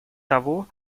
того